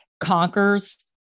conquers